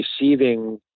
receiving